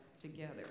together